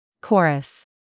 Chorus